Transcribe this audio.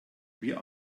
wir